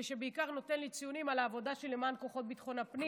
ושבעיקר נותן לי ציונים על העבודה שלי למען כוחות ביטחון הפנים.